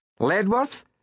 Ledworth